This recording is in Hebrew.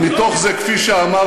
תחסוך את זה.